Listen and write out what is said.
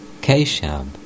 Keshab